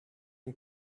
and